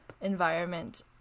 environment